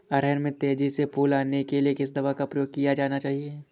अरहर में तेजी से फूल आने के लिए किस दवा का प्रयोग किया जाना चाहिए?